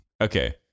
Okay